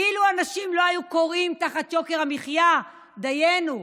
אילו אנשים לא היו כורעים תחת יוקר המחיה, דיינו,